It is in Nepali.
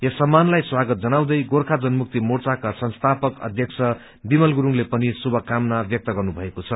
यस सम्मानलाइ स्वागत जनाउँदै गोर्खा जनमुक्ति मोर्चाका संस्थापक अध्यक्ष विमल गुरूङले पनि शुभकामना व्यक्त गन्नु भकऐ छ